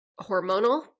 hormonal